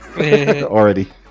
already